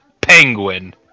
penguin